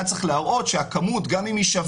היה צריך להראות שגם אם הכמות שווה,